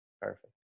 Perfect